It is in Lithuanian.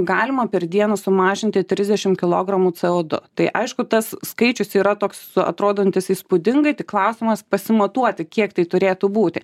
galima per dieną sumažinti trisdešimt kilogramų c o du tai aišku tas skaičius yra toks atrodantis įspūdingai tik klausimas pasimatuoti kiek tai turėtų būti